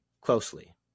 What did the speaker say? closely